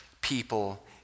people